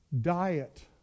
diet